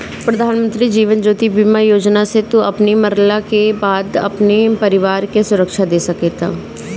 प्रधानमंत्री जीवन ज्योति बीमा योजना से तू अपनी मरला के बाद अपनी परिवार के सुरक्षा दे सकेला